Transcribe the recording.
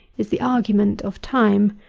is the argument of time.